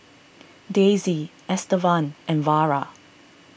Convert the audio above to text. Daisie Estevan and Vara